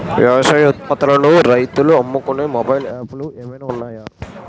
వ్యవసాయ ఉత్పత్తులను రైతులు అమ్ముకునే మొబైల్ యాప్ లు ఏమైనా ఉన్నాయా?